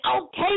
okay